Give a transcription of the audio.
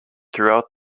throughout